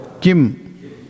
Kim